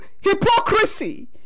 hypocrisy